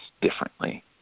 differently